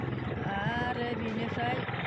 आरो बेनिफ्राय